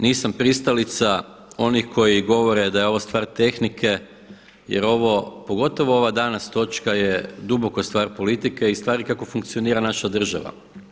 Nisam pristalica onih koji govore da je ovo stvar tehnike jer ovo pogotovo ova danas točka je duboko stvar politike i stvari kako funkcionira naša država.